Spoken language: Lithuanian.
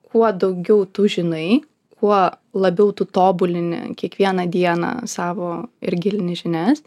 kuo daugiau tu žinai kuo labiau tu tobulini kiekvieną dieną savo ir gilini žinias